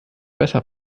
besser